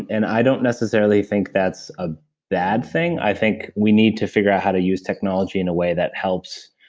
and i don't necessarily think that's a bad thing. i think we need to figure out how to use technology in a way that helps